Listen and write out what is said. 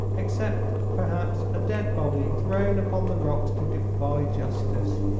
except perhaps a dead body thrown upon the rocks to defy justice.